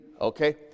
okay